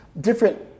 different